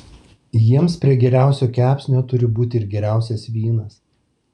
jiems prie geriausio kepsnio turi būti ir geriausias vynas